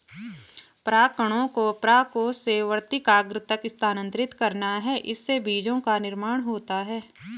परागकणों को परागकोश से वर्तिकाग्र तक स्थानांतरित करना है, इससे बीजो का निर्माण होता है